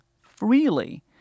freely